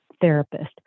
therapist